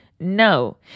no